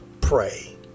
pray